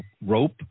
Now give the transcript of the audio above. rope